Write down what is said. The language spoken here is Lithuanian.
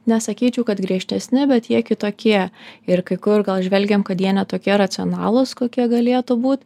nesakyčiau kad griežtesni bet jie kitokie ir kai kur gal įžvelgiam kad jie ne tokie racionalūs kokie galėtų būt